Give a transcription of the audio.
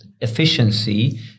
efficiency